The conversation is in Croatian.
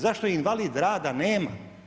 Zašto invalid rada nema?